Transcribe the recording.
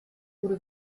wurde